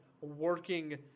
working